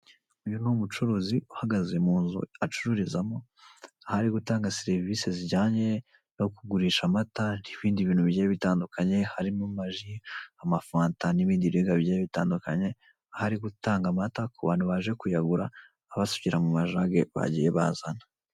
Uyu numucuruzi uhagaze munzu acururizamo aho ari gutanga serivise zijyanye no kugurisha amata nibindi bintu bigiye bitandukanye harimo ama ji ama fanta nibindi biribwa bigiye bitandukanye aho ari gutanga amata kubantu baje kuyagura abasukira mu majage bagiye bazana.